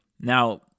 Now